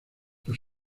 los